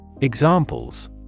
Examples